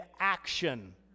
action